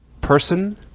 person